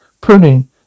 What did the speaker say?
Pruning